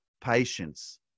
patience